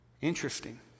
Interesting